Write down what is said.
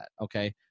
okay